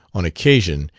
on occasion,